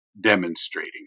demonstrating